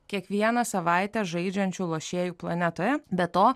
kiekvieną savaitę žaidžiančių lošėjų planetoje be to